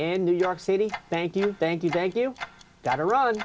and new york city thank you thank you thank you gotta r